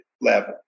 level